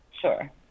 Sure